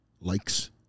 likes